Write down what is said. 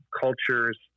cultures